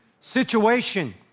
situation